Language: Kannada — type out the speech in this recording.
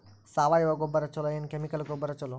ಸಾವಯವ ಗೊಬ್ಬರ ಛಲೋ ಏನ್ ಕೆಮಿಕಲ್ ಗೊಬ್ಬರ ಛಲೋ?